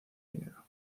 dinero